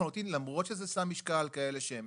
למרות שזה יישא משקל על כאלה שהם